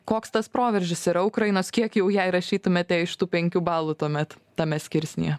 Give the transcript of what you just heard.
koks tas proveržis yra ukrainos kiek jau jei rašytumėte iš tų penkių balų tuomet tame skirsnyje